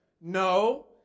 No